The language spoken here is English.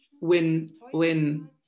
win-win